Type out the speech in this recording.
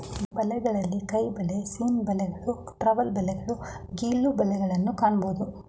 ಬಲೆಗಳಲ್ಲಿ ಕೈಬಲೆ, ಸೀನ್ ಬಲೆಗಳು, ಟ್ರಾಲ್ ಬಲೆಗಳು, ಗಿಲ್ಲು ಬಲೆಗಳನ್ನು ಕಾಣಬೋದು